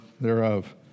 thereof